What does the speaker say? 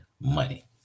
money